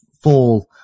fall